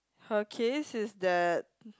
her case is that